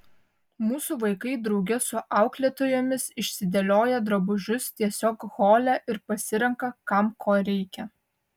mūsų vaikai drauge su auklėtojomis išsidėlioja drabužius tiesiog hole ir pasirenka kam ko reikia